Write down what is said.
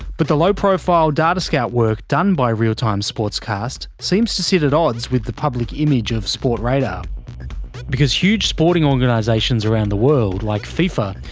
but the low-profile data scout work done by real time sportscast seems to sit at odds with the public image of sportradar. because huge sporting organisations around the world, like fifa,